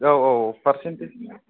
औ औ औ पार्सेन्टेज